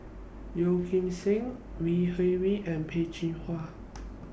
Yeo Kim Seng Au Hing Yee and Peh Chin Hua